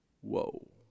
Whoa